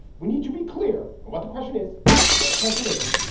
we need to be clear on what the question is and what the question isn't.